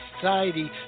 society